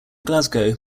glasgow